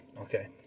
Okay